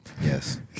Yes